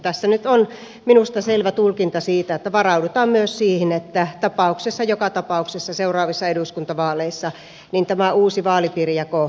tässä nyt on minusta selvä tulkinta siitä että varaudutaan myös siihen että joka tapauksessa seuraavissa eduskuntavaaleissa tämä uusi vaalipiirijako on käytössä